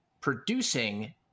producing